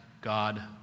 God